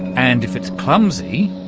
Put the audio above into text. and if it's clumsy?